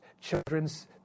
children's